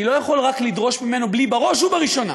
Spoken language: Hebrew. לא יכול רק לדרוש ממנו בלי בראש ובראשונה